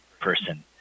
person